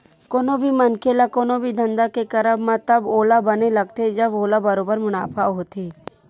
कोनो भी मनखे ल कोनो भी धंधा के करब म तब ओला बने लगथे जब ओला बरोबर मुनाफा होथे